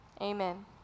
amen